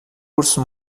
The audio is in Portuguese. urso